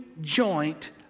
joint